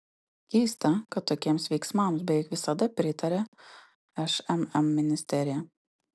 keista kad tokiems veiksmams beveik visada pritaria šmm ministerija